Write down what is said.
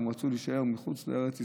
והם רצו להישאר מחוץ לארץ ישראל.